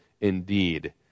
indeed